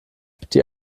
die